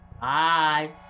Bye